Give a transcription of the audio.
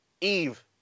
Eve